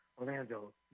orlando